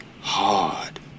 hard